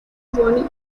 bonnie